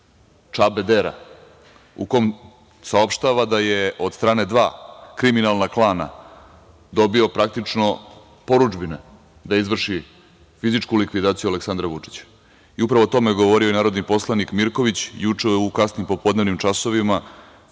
Čabe Dera, u kome saopštava da je od strane dva kriminalna klana dobio, praktično, porudžbine da izvrši fizičku likvidaciju Aleksandra Vučića. Upravo o tome je govorio poslanik Mirković, juče u kasnim popodnevnim časovima,